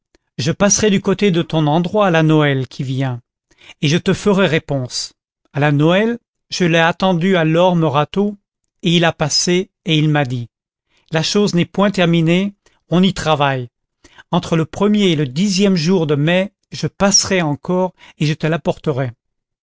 je passerai du côté de ton endroit à la noël qui vient et je te ferai réponse à la noël je l'ai attendu à l'orme râteau et il a passé et il m'a dit la chose n'est point terminée on y travaille entre le premier et le dixième jour de mai je passerai encore et je te l'apporterai